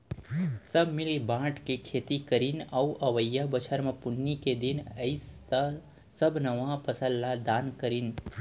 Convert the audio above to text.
सब मिल बांट के खेती करीन अउ अवइया बछर म पुन्नी के दिन अइस त सब नवा फसल ल दान करिन